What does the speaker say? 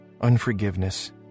unforgiveness